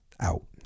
out